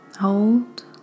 hold